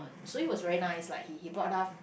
so it was very nice lah he he brought out